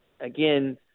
again